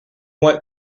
what